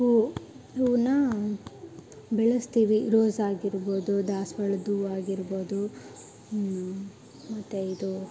ಹೂವು ಹೂವುನ್ನ ಬೆಳೆಸ್ತೀವಿ ರೋಸ್ ಆಗಿರ್ಬೋದು ದಾಸವಾಳದ ಹೂವು ಆಗಿರ್ಬೋದು ಮತ್ತು ಇದು